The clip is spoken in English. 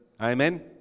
amen